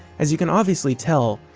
as you can obviously tell,